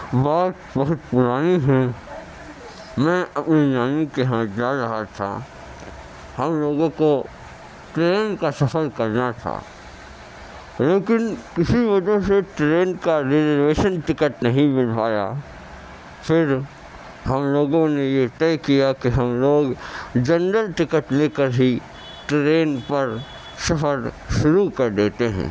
بات بہت پرانی ہے میں اپنی نانی کے یہاں جا رہا تھا ہم لوگوں کو ٹرین کا سفر کرنا تھا لیکن کسی وجہ سے ٹرین کا ریزرویشن ٹکٹ نہیں مل پایا پھر ہم لوگوں نے یہ طے کیا کہ ہم لوگ جنرل ٹکٹ لیکر ہی ٹرین پر سفر شروع کر دیتے ہیں